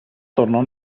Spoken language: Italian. tornò